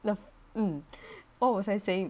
love mm what was I saying